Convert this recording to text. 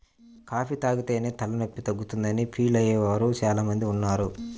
coffee తాగితేనే తలనొప్పి తగ్గుతుందని ఫీల్ అయ్యే వారు చాలా మంది ఉన్నారు